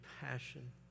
passion